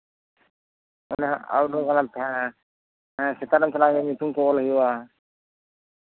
ᱚᱱᱟ outdoor ᱨᱮᱢ ᱛᱟᱦᱮᱸᱱᱟ ᱦᱮᱸ ᱥᱮᱛᱟᱜ ᱨᱮᱢ ᱪᱟᱞᱟᱣᱮᱱ ᱜᱮ ᱧᱩᱛᱩᱢ ᱠᱚ ᱚᱞ ᱦᱩᱭᱩᱜᱼᱟ